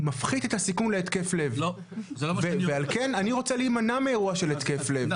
מפחית את הסיכון להתקף לב אני רוצה להימנע מאירוע של התקף לב,